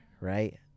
right